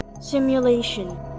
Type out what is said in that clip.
Simulation